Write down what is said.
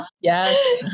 Yes